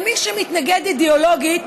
מי שמתנגד אידיאולוגית,